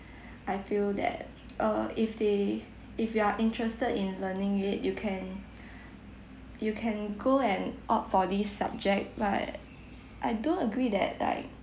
I feel that uh if they if you are interested in learning it you can you can go and opt for these subject but I do agree that like